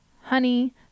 honey